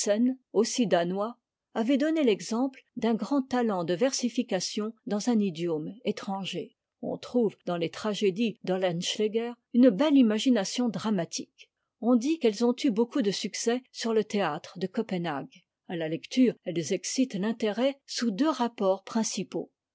danois avait donné l'exemple d'un grand talent de versification dans un idiome étranger on trouve dans les tragédies d'oehtenschtseger une belle imagination dramatique on dit qu'elles ont eu beaucoup de succès sur le théâtre de copenhague à la lecture elles excitent l'intérêt sous deux rapports principaux